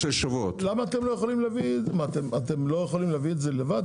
אתם לא יכולים להביא את זה לבד,